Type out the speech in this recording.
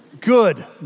Good